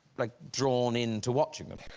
like, drawn into watching them?